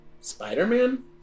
Spider-Man